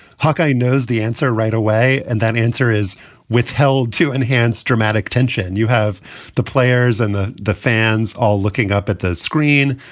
hawk-eye knows the answer right away. and that answer is withheld to enhance dramatic tension. you have the players and the the fans all looking up at the screen.